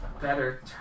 better